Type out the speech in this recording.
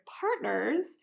partners